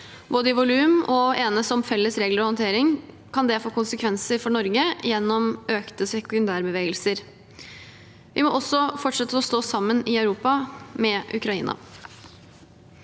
i volum og å enes om felles regler og håndtering, kan det få konsekvenser for Norge gjennom økte sekundærbevegelser. Vi må i Europa også fortsette å stå sammen med Ukraina.